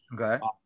Okay